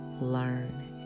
learn